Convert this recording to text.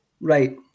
Right